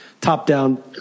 top-down